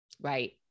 Right